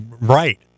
Right